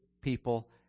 people